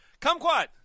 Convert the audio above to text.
Kumquat